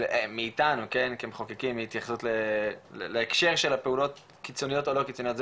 מאיתנו כמחוקקים התייחסות להקשר של הפעולות קיצוניות או לא קיצוניות,